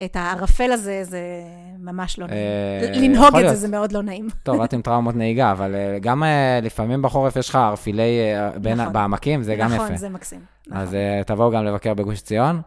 את הערפל הזה, זה ממש לא נעים, לנהוג את זה זה מאוד לא נעים. טוב, עד אם טראומות נהיגה, אבל גם לפעמים בחורף יש לך ערפילי בעמקים, זה גם יפה. נכון, זה מקסים. אז תבואו גם לבקר בגוש ציון.